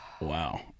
Wow